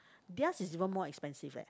theirs is even more expensive leh